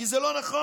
כי זה לא נכון.